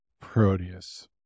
Proteus